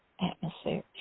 atmosphere